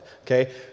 okay